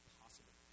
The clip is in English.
possible